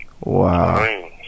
Wow